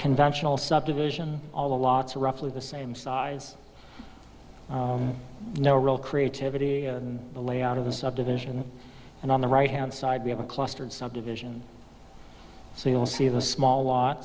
conventional subdivision all the lots are roughly the same size no real creativity the layout of the subdivision and on the right hand side we have a clustered subdivision so you'll see the small lot